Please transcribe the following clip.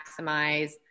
maximize